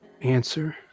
answer